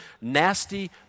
nasty